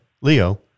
Leo